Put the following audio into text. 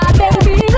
baby